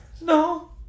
No